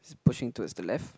pushing towards the left